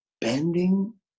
bending